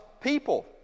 people